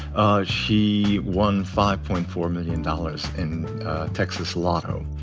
ah she won five point four million dollars in texas lotto.